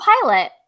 pilot